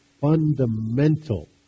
fundamental